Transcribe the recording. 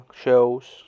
shows